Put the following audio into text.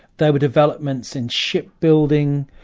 there were developments in ship building,